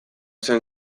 zen